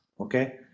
Okay